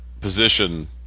position